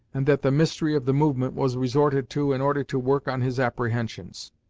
and that the mystery of the movement was resorted to in order to work on his apprehensions.